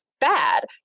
bad